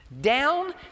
down